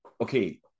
Okay